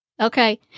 Okay